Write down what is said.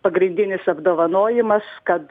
pagrindinis apdovanojimas kad